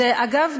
אגב,